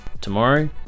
Tomorrow